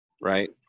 Right